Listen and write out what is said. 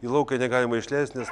į lauką negalima išleist nes